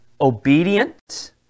obedient